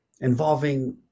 Involving